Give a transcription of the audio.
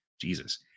Jesus